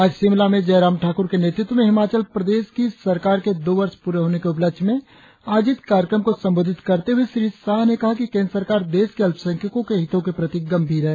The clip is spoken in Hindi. आज शिमला में जयराम ठाकुर के नेतृत्व में हिमाचल प्रदेश की सरकार के दो वर्ष प्ररे होने के उपलक्ष्य में आयोजित कार्यक्रम को संबोधित करते हुए श्री शाह ने कहा कि केंद्र सरकार देश के अल्पसंख्यकों के हितों के प्रति गंभीर हैं